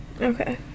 Okay